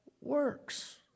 works